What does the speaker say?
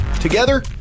Together